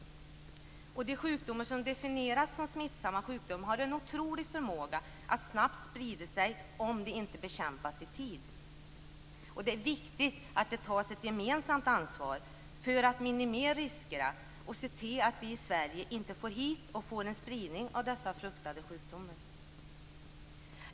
De sjukdomar som definieras som smittsamma sjukdomar har en otrolig förmåga att snabbt sprida sig om de inte bekämpas i tid. Det är viktigt att ett gemensamt ansvar tas för att minimera riskerna och se till att vi i Sverige inte får hit dessa fruktade sjukdomar och får en spridning av dem.